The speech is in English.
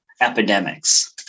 epidemics